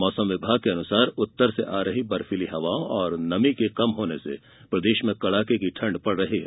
मौसम विभाग के अनुसार उत्तर से आ रही बर्फीली हवा और नमी के कम होने से प्रदेश में कड़ाके की ठंड पड़ रही है